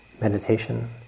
meditation